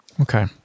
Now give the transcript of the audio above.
Okay